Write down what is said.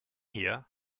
here